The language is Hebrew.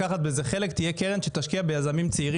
לא יכול להיות המצב הזה שחברות ותיקות,